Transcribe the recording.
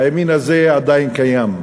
הימין הזה עדיין קיים.